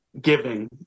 giving